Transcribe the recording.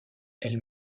elle